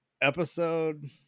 Episode